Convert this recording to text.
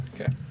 Okay